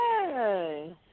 Hey